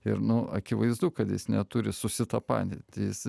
ir nu akivaizdu kad jis neturi susitapatinti su